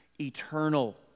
eternal